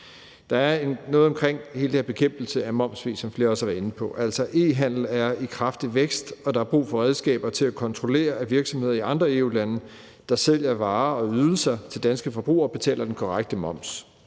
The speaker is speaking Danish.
Der er noget om det her med bekæmpelse af momssvig, som flere også har været inde på. E-handel er i kraftig vækst, og der er brug for redskaber til at kontrollere, at virksomheder i andre EU-lande, der sælger varer og ydelser til danske forbrugere, betaler den korrekte moms.